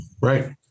Right